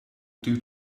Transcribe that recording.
due